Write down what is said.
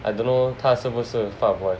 I don't know 他是不是 fuck boy